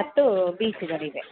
ಮತ್ತು ಬೀಚುಗಳಿವೆ